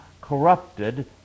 corrupted